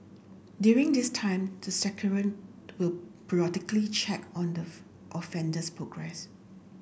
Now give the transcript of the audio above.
during this time the will periodically check on the offender's progress